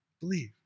believe